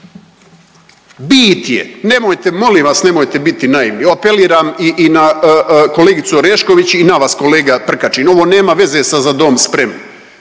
Bit je, nemojte molim vas nemojte biti naivni, apeliram i na kolegicu Orešković i na vas kolega Prkačin ovo nema veze sa „Za dom spremni“.